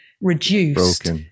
reduced